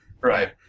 Right